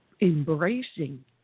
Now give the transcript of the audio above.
embracing